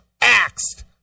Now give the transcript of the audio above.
axed